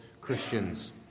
Christians